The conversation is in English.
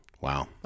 Wow